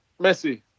Messi